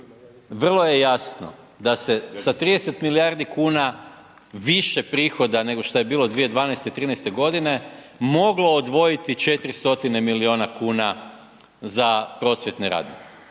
vrlo je jasno da se sa 30 milijardi kuna više prihoda nego što je bilo 2012., 2013. godine moglo odvojiti 4 stotine milijuna kuna za prosvjetne radnike.